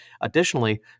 Additionally